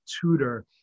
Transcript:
tutor